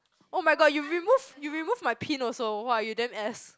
oh-my-god you remove you remove my pin also whoa you damn ass